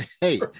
hey